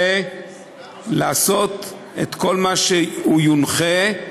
ולעשות את כל מה שהוא יונחה.